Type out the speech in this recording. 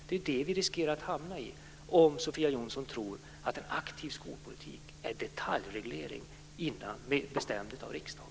Det är ju där vi riskerar att hamna om Sofia Jonsson tror att en aktiv skolpolitik är detaljreglering bestämd av riksdagen.